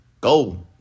Go